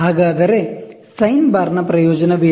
ಹಾಗಾದರೆ ಸೈನ್ ಬಾರ್ನ ಪ್ರಯೋಜನವೇನು